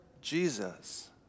Jesus